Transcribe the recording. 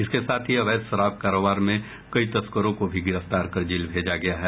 इसके साथ ही अवैध शराब कारोबार में कई तस्करों को भी गिरफ्तार कर जेल भेजा गया है